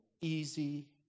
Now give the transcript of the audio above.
easy